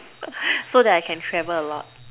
so that I can travel a lot